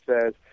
says